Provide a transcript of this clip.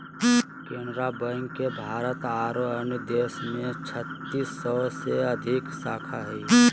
Canara bank के भारत आरो अन्य देश में छत्तीस सौ से अधिक शाखा हइ